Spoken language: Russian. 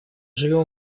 живем